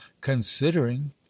considering